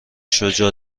شجاع